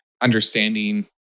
understanding